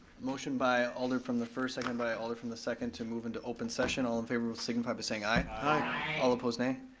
motion by alder from the first, second by alder from the second to move into open session, all in favor will signify by saying aye. aye. aye. all opposed nay.